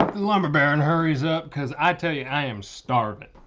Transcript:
lumber baron hurries up because i tell ya, i am starving.